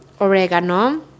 oregano